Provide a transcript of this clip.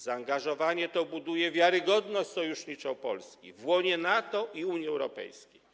Zaangażowanie to buduje wiarygodność sojuszniczą Polski w łonie NATO i Unii Europejskiej.